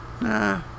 nah